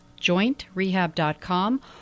jointrehab.com